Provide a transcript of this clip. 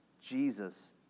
Jesus